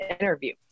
interview